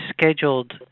scheduled